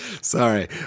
Sorry